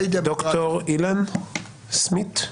ד"ר אילן סמיש.